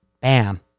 Bam